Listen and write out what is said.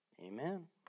Amen